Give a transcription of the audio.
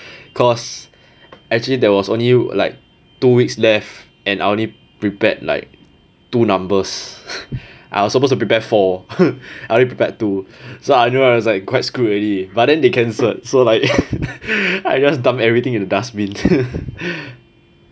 cause actually there was only like two weeks left and I only prepared like two numbers I was supposed to prepare four I only prepared two so I knew I was like quite screwed already but then they cancelled so like I just dump everything in the dustbin